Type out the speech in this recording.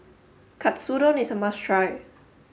Katsudon is a must try